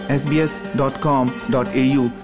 sbs.com.au